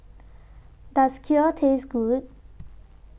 Does Kheer Taste Good